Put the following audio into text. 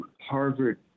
Harvard